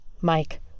Mike